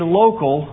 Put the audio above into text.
local